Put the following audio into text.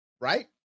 right